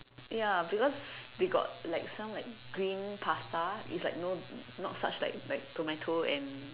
ya because they got some like green pasta it's like no not such like like tomato and